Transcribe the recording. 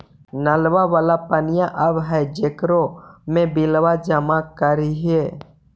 नलवा वाला पनिया आव है जेकरो मे बिलवा जमा करहिऐ?